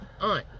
on